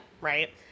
right